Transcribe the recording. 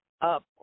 up